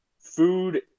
food